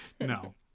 no